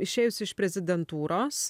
išėjus iš prezidentūros